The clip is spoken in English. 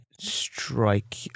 strike